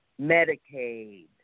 Medicaid